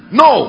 no